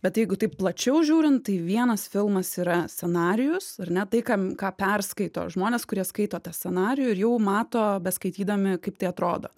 bet jeigu taip plačiau žiūrint tai vienas filmas yra scenarijus ar ne tai kam ką perskaito žmonės kurie skaito tą scenarijų ir jau mato beskaitydami kaip tai atrodo